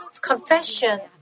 confession